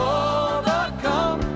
overcome